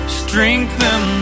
strengthen